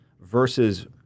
versus